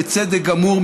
בצדק גמור,